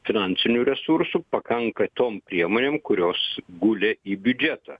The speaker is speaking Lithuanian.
finansinių resursų pakanka tom priemonėm kurios gulė į biudžetą